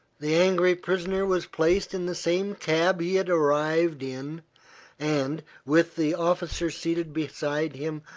the angry prisoner was placed in the same cab he had arrived in and, with the officer seated beside him,